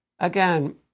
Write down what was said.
Again